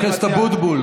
חבר הכנסת אבוטבול,